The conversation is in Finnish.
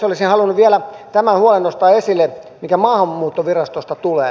olisin halunnut vielä tämän huolen nostaa esille mikä maahanmuuttovirastosta tulee